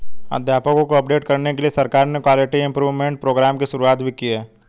अध्यापकों को अपडेट करने के लिए सरकार ने क्वालिटी इम्प्रूव्मन्ट प्रोग्राम की शुरुआत भी की है